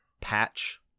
patch